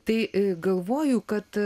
tai galvoju kad